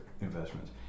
investments